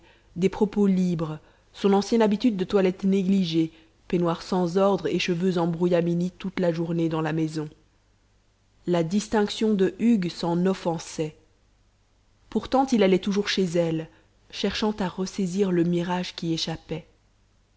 des propos libres son ancienne habitude de toilette négligée peignoir sans ordre et cheveux en brouillamini toute la journée dans la maison la distinction de hugues s'en offensait pourtant il allait toujours chez elle cherchant à ressaisir le mirage qui échappait